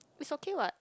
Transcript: is okay what